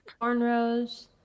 cornrows